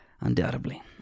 Undoubtedly